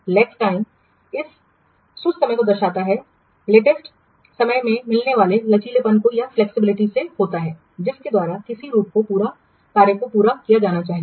lakhs time इस सुस्त समय को दर्शाता है लेटेस्ट समय में मिलने वाले लचीलेपन से होता है जिसके द्वारा किसी कार्य को पूरा किया जाना चाहिए